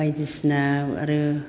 बायदिसिना आरो